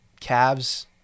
Cavs